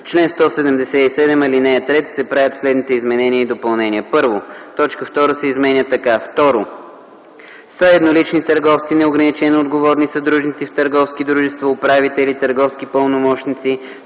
чл. 177, ал. 3 се правят следните изменения и допълнения: 1. Точка 2 се изменя така: „2. са еднолични търговци, неограничено отговорни съдружници в търговски дружества, управители, търговски пълномощници,